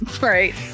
right